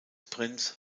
prinz